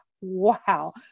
Wow